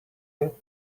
you